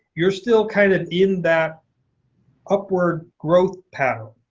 you're still kind of in that upward growth pattern.